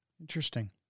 Interesting